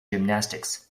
gymnastics